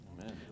Amen